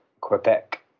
Quebec